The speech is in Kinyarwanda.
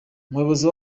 umuyobozi